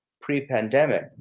pre-pandemic